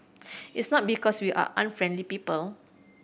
it's not because we are unfriendly people